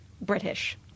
British